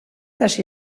hasi